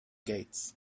gates